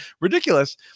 Ridiculous